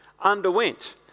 underwent